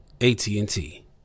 AT&T